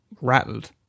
rattled